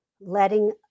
letting